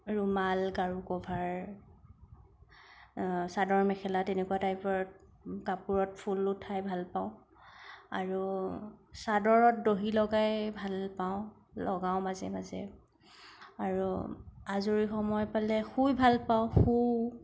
ৰুমাল গাৰু কভাৰ চাদৰ মেখেলা তেনেকুৱা টাইপৰ কাপোৰত ফুল উঠাই ভাল পাওঁ আৰু চাদৰত দহি লগাই ভাল পাওঁ লগাওঁ মাজে মাজে আৰু আজৰি সময় পালে শুই ভাল পাওঁ শুও